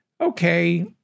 okay